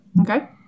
okay